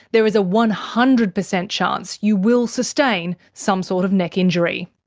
there is a one hundred percent chance you will sustain some sort of neck injury.